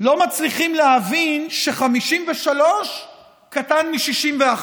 לא מצליחים להבין ש-53 קטן מ-61.